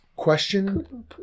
question